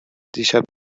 دیشب